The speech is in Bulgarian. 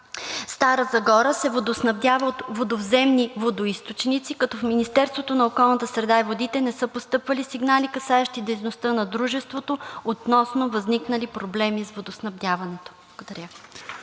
Стара Загора, се водоснабдява от водовземни водоизточници, като в Министерството на околната среда и водите не са постъпвали сигнали, касаещи дейността на Дружеството относно възникнали проблеми с водоснабдяването. Благодаря